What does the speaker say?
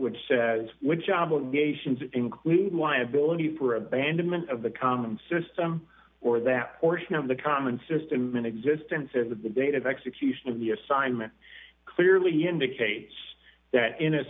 which says which obligations include liability for abandonment of the common system or that portion of the common system in existence as of the date of execution of the assignment clearly indicates that in a